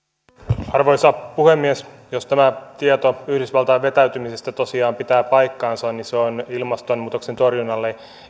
arvoisa puhemies jos tämä tieto yhdysvaltain vetäytymisestä tosiaan pitää paikkansa niin se on ilmastonmuutoksen torjunnalle